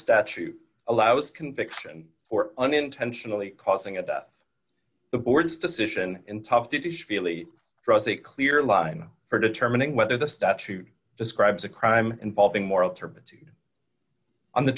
statute allows conviction for unintentionally causing a death the board's decision in tough the dish feeley draws a clear line for determining whether the statute describes a crime involving moral